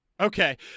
Okay